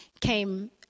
came